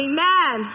Amen